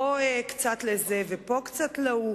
פה קצת לזה ופה קצת לזה.